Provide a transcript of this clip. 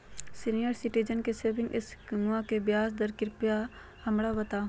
senior citizen के saving स्कीमवा के ब्याज दर कृपया हमरा बताहो